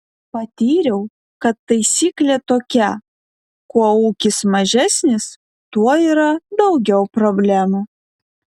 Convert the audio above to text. patyriau kad taisyklė tokia kuo ūkis mažesnis tuo yra daugiau problemų